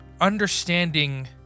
understanding